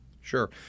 sure